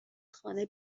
خانه